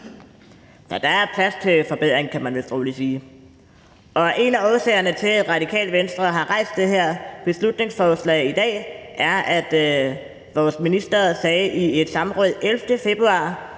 der er plads til forbedring, kan man vist roligt sige. En af årsagerne til, at Radikale Venstre har rejst det her beslutningsforslag i dag, er, at vores minister på et samråd den 11. februar